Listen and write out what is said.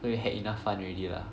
so you had enough fun already lah